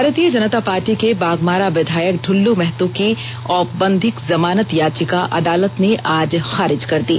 भारतीय जनता पार्टी के बाघमारा विधायक दुल्लू महतो की औपबंधिक जमानत याचिका अदालत ने आज खारिज कर दी